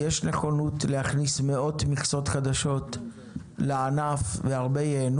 יש נכונות להכניס מאות מכסות חדשות לענף והרבה ייהנו